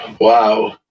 wow